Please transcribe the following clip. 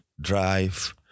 drive